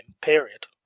period